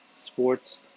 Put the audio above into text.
sports